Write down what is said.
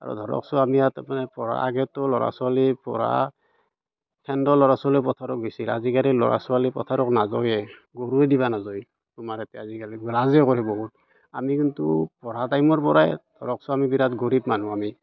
আৰু ধৰক ছোৱালীহঁত মানে পঢ়া আগেতো ল'ৰা ছোৱালীয়ে পঢ়া সেন্দৰ ল'ৰা ছোৱালীয়ে পথাৰত গৈছিল আজিকালি ল'ৰা ছোৱালী পথাৰত নাযায়েই গৰুৱে দিবা নাযায় আমাৰ আজিকালি লাজে কৰে বহুত আমি কিন্তু পঢ়া টাইমৰ পৰাই ধৰক চোন আমি বিৰাট গৰীব মানুহ আমি